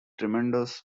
tremendous